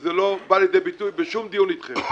וזה לא בא לידי ביטוי בשום דיון אתכם.